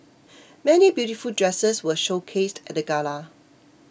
many beautiful dresses were showcased at the gala